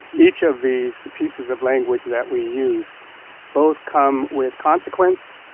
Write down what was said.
each of these pieces of language that we use both come with consequence